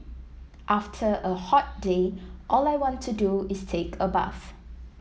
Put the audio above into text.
after a hot day all I want to do is take a bath